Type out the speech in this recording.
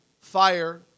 Fire